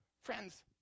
Friends